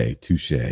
touche